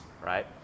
right